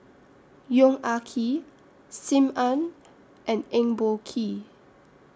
Yong Ah Kee SIM Ann and Eng Boh Kee